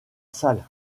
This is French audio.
salle